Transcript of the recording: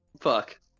fuck